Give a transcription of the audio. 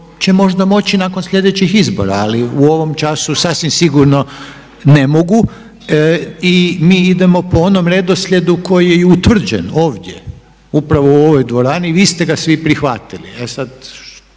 možda moći nakon sljedećih izbora ali u ovom času sasvim sigurno ne mogu. I mi idemo po onom redoslijedu koji je utvrđen ovdje, upravo u ovoj dvorani i vi ste ga svi prihvatili,